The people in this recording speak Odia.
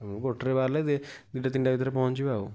ହୁଁ ଗୋଟେରେ ବାହାରିଲେ ଦୁଇଟା ତିନିଟା ଭିତରେ ପହଁଚିବା ଆଉ